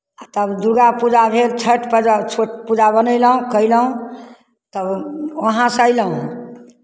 आ तब दुर्गा पूजा भेल छठि पर्व छठि पूजा बनयलहुँ कयलहुँ तब वहाँसँ अयलहुँ